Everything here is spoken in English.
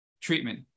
treatment